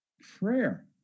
Prayer